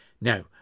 Now